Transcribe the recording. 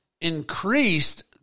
increased